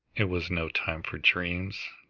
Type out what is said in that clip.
it was no time for dreams,